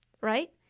right